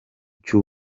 cy’u